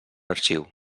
arxiu